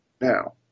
now